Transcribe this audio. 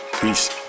Peace